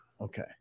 okay